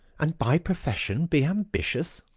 and by profession be ambitious.